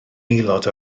aelod